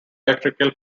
electrical